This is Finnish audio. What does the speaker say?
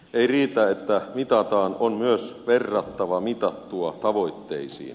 ei riitä että mitataan on myös verrattava mitattua tavoitteisiin